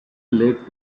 led